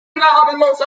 gnadenlos